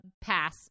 pass